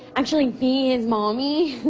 actually being a mommy.